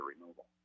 removal